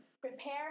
Prepare